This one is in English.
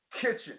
kitchen